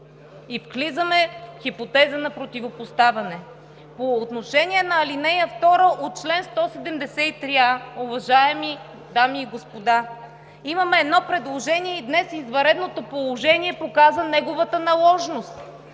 и влизаме в хипотеза на противопоставяне. По отношение на ал. 2 от чл. 173а, уважаеми дами и господа, имаме едно предложение и днес извънредното положение показа неговата наложителност